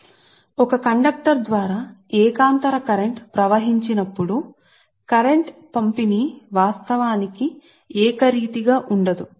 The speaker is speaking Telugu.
ఇప్పుడు ఒక ఆల్ట్రనేటింగ్ ప్రవాహం కండక్టర్ ద్వారా ప్రవహించినప్పుడు ప్రస్తుత పంపిణీ వాస్తవానికి ఏకరీతిగా ఉండదు